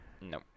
No